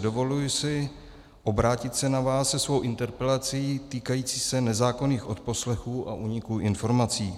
Dovoluji si obrátit se na vás se svou interpelací týkající se nezákonných odposlechů a úniků informací.